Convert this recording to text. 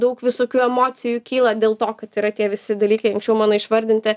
daug visokių emocijų kyla dėl to kad yra tie visi dalykai anksčiau mano išvardinti